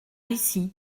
ici